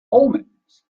omens